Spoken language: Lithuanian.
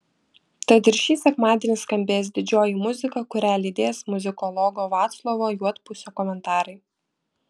tad ir šį sekmadienį skambės didžioji muzika kurią lydės muzikologo vaclovo juodpusio komentarai